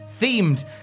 themed